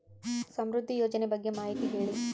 ಸಮೃದ್ಧಿ ಯೋಜನೆ ಬಗ್ಗೆ ಮಾಹಿತಿ ಹೇಳಿ?